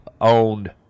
owned